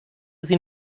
sie